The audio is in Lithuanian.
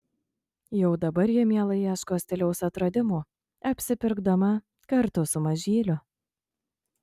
jau dabar ji mielai ieško stiliaus atradimų apsipirkdama kartu su mažyliu